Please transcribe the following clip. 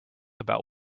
about